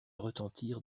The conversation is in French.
retentir